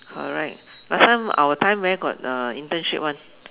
correct last time our time where got uh internship [one]